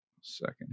second